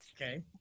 Okay